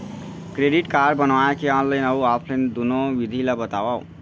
Credit card बनवाए के online अऊ ऑफलाइन दुनो विधि ला बतावव?